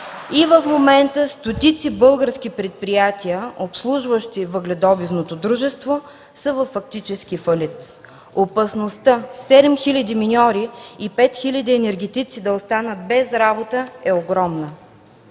и в момента стотици български предприятия, обслужващи въгледобивното дружество, са във фактически фалит. Опасността 7 хил. миньори и 5 хил. енергетици да останат без работа е огромна.